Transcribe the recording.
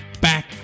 back